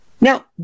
Now